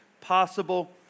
possible